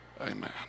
Amen